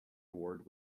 award